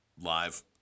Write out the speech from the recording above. live